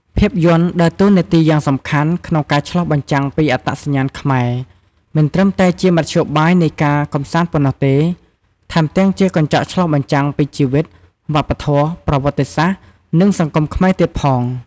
ខ្សែភាពយន្តដើរតួនាទីយ៉ាងសំខាន់ក្នុងការឆ្លុះបញ្ចាំងពីអត្តសញ្ញាណខ្មែរ មិនត្រឹមតែជាមធ្យោបាយនៃការកម្សាន្តប៉ុណ្ណោះទេ ថែមទាំងជាកញ្ចក់ឆ្លុះបញ្ចាំងពីជីវិត វប្បធម៌ ប្រវត្តិសាស្ត្រ និងសង្គមខ្មែរទៀតផង។